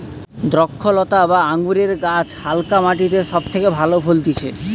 দ্রক্ষলতা বা আঙুরের গাছ হালকা মাটিতে সব থেকে ভালো ফলতিছে